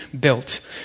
built